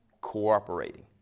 Cooperating